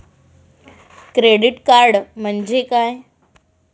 Credit card म्हणजे काय?